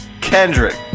Kendrick